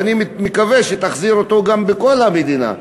ואני מקווה שתחזיר אותו גם בכל המדינה?